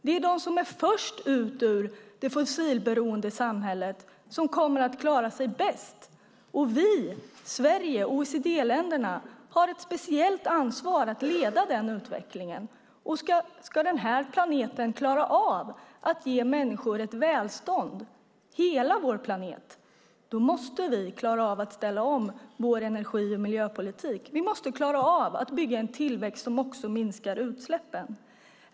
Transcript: Det är de som är först ut ur det fossilberoende samhället som kommer att klara sig bäst. Sverige, OECD-länderna, har ett speciellt ansvar att leda utvecklingen. Om den här planeten ska klara av att ge människor ett välstånd måste vi klara av att ställa om vår energi och miljöpolitik. Vi måste klara av att bygga en tillväxt som också minskar utsläppen.